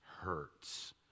hurts